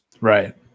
right